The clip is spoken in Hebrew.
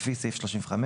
לפי סעיף 35,